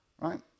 right